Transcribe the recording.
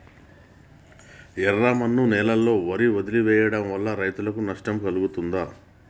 ఎర్రమన్ను నేలలో వరి వదిలివేయడం వల్ల రైతులకు నష్టం కలుగుతదా?